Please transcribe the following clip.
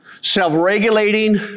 self-regulating